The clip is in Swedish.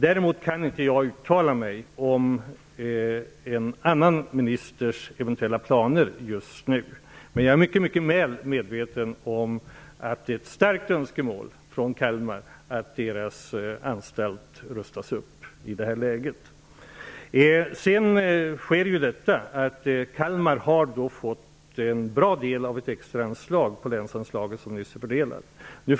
Däremot kan jag inte uttala mig om en annan ministers eventuella planer just nu. Men jag är synnerligen väl medveten om att det är ett starkt önskemål i det här läget att anstalten där rustas upp. Kalmar har fått en bra summa av ett extraanslag på det länsanslag som nyss fördelats.